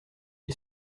qui